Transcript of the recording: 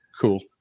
cool